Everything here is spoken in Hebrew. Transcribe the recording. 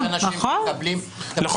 נכון.